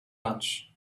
lunch